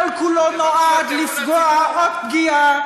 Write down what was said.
כל-כולו נועד לפגוע עוד פגיעה,